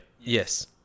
yes